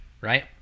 right